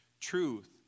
truth